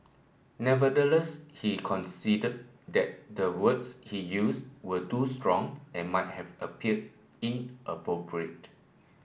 nevertheless he conceded that the words he used were too strong and might have appeared inappropriate